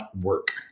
work